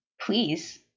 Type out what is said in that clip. Please